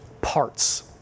parts